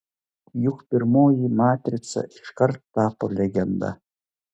juk pirmoji matrica iškart tapo legenda